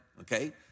Okay